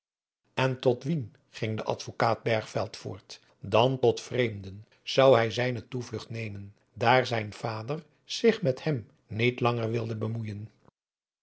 en tot wien ging de advokaat bergveld voort dan tot vreemden zou hij zijne toevlugt nemen daar zijn vader zich met hem niet langer wilde moeijen